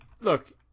look